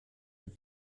mit